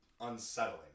unsettling